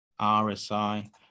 rsi